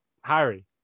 Harry